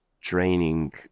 training